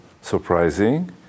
surprising